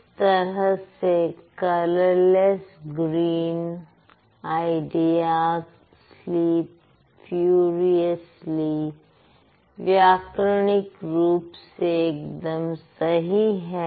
इस तरह से colourless green ideas sleep furiously व्याकरणिक रूप से एकदम सही है